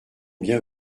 bien